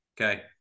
Okay